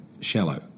shallow